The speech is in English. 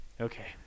Okay